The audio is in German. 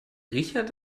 richard